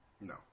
No